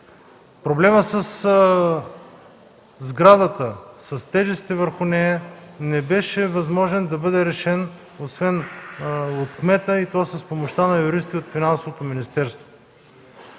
Проблемът със сградата, с тежестите върху нея не беше възможно да бъде решен освен от кмета, и то с помощта на юристи от Финансовото министерство.